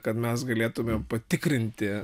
kad mes galėtumėm patikrinti